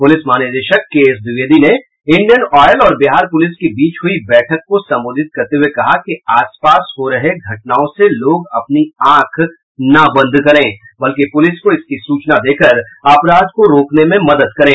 police महानिदेशक K S Dwivedi ने Indian oil और बिहार पुलिस के बीच हुयी बैठक को संबोधित करते हुये कहा कि आसपास हो रहे घटनाओं से लोग अपनी आंख न बंद करें बल्कि पुलिस को इसकी सूचना देकर अपराध को रोकने में मदद करें